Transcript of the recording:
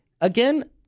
Again